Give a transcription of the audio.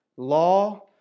law